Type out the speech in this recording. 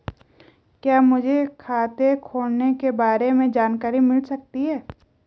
क्या मुझे खाते खोलने के बारे में जानकारी मिल सकती है?